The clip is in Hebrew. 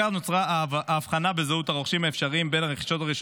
בכך נוצרת הבחנה בזהות הרוכשים האפשריים בין הרכישה